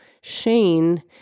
Shane